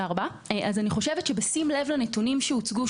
אני חושבת שבשים לב לנתונים שהוצגו,